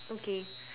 okay